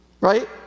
right